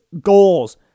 goals